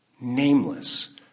nameless